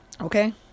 Okay